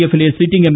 എഫിലെ sitting M